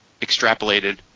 extrapolated